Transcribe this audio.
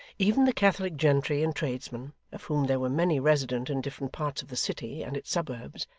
even the catholic gentry and tradesmen, of whom there were many resident in different parts of the city and its suburbs,